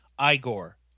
Igor